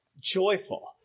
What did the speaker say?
joyful